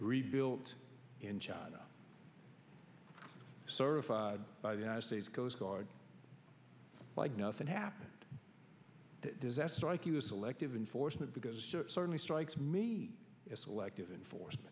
rebuilt in china certified by the united states coast guard like nothing happened does that strike you as selective enforcement because certainly strikes me as selective enforce